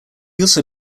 also